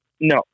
no